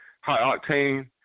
high-octane